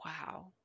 Wow